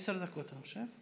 עשר דקות, בבקשה.